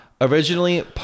Originally